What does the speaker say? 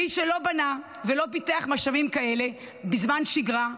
מי שלא בנה ולא פיתח משאבים כאלה בזמן שגרה,